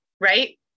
right